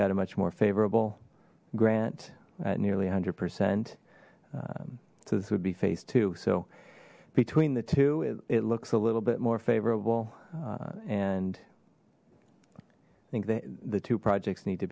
got a much more favorable grant at nearly a hundred percent so this would be phase two so between the two it looks a little bit more favorable and i think that the two projects need to